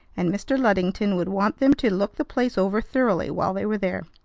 and mr. luddington would want them to look the place over thoroughly while they were there.